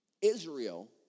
Israel